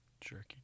jerky